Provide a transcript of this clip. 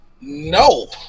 No